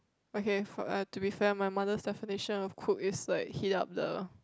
okay f~ uh to be fair my mother's definition of cook is like heat up the